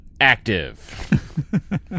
active